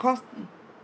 because